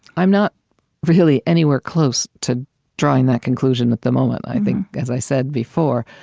i'm not really anywhere close to drawing that conclusion at the moment. i think, as i said before,